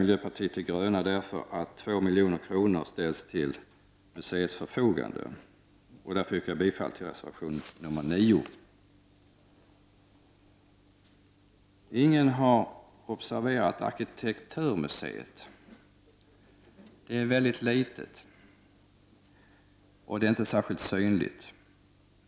Miljöpartiet de gröna hemställer om att 2 milj.kr. ställs till museets förfogande. Därför yrkar jag bifall till reservation nr 9. Ingen har här observerat Arkitekturmuseet, som är mycket litet och inte särskilt spektakulärt.